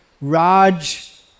Raj